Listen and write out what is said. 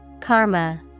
Karma